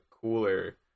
cooler